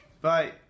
bye